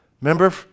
remember